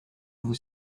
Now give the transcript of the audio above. vous